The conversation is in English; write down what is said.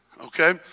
Okay